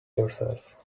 yourself